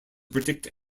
predict